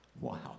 wow